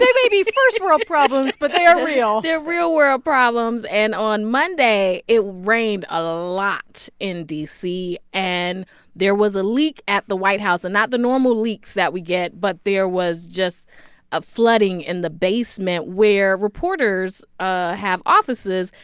they may be first-world problems, but they are real they're real-world problems. and on monday, it rained a lot in d c, and there was a leak at the white house and not the normal leaks that we get, but there was just a flooding in the basement, where reporters ah have offices.